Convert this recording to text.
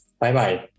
Bye-bye